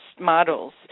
models